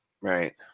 right